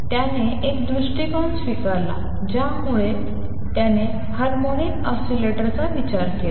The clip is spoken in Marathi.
त्याने एक दृष्टिकोन स्वीकारला ज्याद्वारे त्याने एनहार्मोनिक ऑसीलेटरचा विचार केला